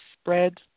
spread